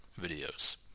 videos